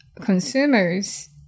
consumers